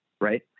right